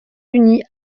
unis